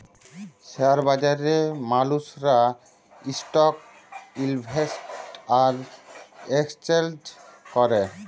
share বাজারে মালুসরা stock ইলভেসেট আর একেসচেলজ ক্যরে